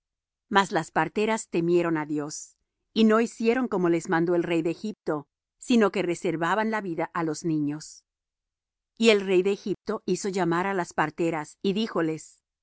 mas las parteras temieron á dios y no hicieron como les mandó el rey de egipto sino que reservaban la vida á los niños y el rey de egipto hizo llamar á las parteras y díjoles